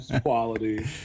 quality